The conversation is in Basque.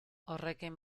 horrekin